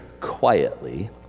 quietly